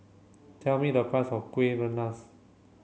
tell me the price of Kueh Rengas